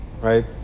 right